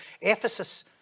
Ephesus